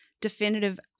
definitive